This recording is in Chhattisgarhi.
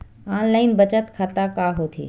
ऑनलाइन बचत खाता का होथे?